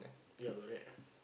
yea correct